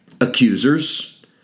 accusers